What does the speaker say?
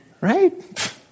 Right